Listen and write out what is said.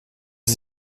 sie